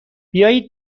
بیایید